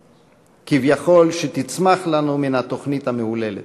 כביכול, שתצמח לנו מן התוכנית המהוללת,